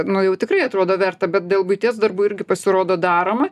nu jau tikrai atrodo verta bet dėl buities darbų irgi pasirodo daroma